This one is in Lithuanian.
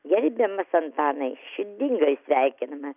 gerbiamas antanai širdingai sveikiname